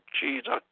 Jesus